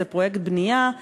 זה פרויקט בנייה,